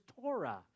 Torah